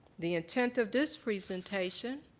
the intent of this presentation